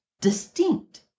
distinct